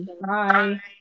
Bye